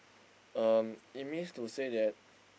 um it means to say that